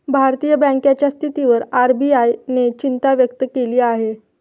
भारतीय बँकांच्या स्थितीवर आर.बी.आय ने चिंता व्यक्त केली आहे